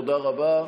תודה רבה.